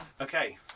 Okay